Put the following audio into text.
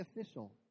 official